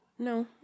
No